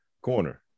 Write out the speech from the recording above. Corner